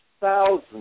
thousands